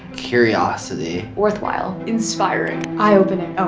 curiosity. worthwhile. inspiring. eye-opening. oh,